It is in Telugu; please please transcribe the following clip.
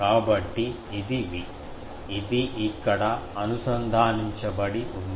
కాబట్టి ఇది V ఇది ఇక్కడ అనుసంధానించబడి ఉంది